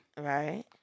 Right